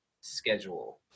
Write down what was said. schedule